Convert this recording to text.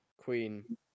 queen